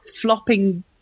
flopping